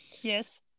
Yes